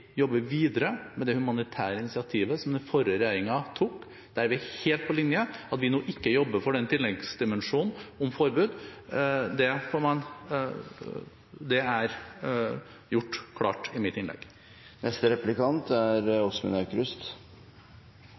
videre med det humanitære initiativet som den forrige regjeringen tok. Der er vi helt på linje. At vi nå ikke jobber for den tilleggsdimensjonen om forbud, er gjort klart i mitt innlegg.